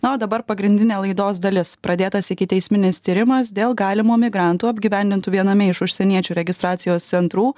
na o dabar pagrindinė laidos dalis pradėtas ikiteisminis tyrimas dėl galimo migrantų apgyvendintų viename iš užsieniečių registracijos centrų